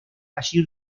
allí